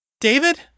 David